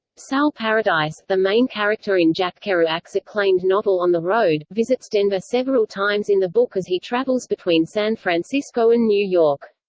sal paradise, the main character in jack kerouac's acclaimed novel on the road, visits denver several times in the book as he travels between san francisco and new york.